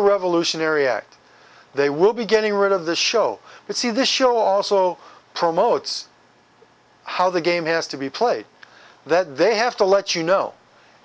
a revolutionary act they will be getting rid of the show but see this show also promotes how the game is to be played that they have to let you know